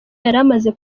yaramaze